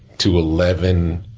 to eleven